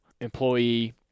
employee